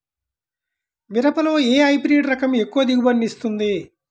మిరపలో ఏ హైబ్రిడ్ రకం ఎక్కువ దిగుబడిని ఇస్తుంది?